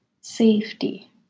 safety